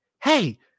Hey